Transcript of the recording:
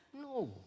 No